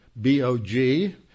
b-o-g